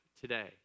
today